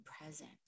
present